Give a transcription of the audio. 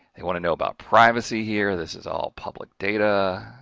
they want to know about privacy here, this is all public data,